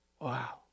Wow